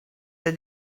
they